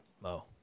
Mo